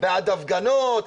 בעד ההפגנות,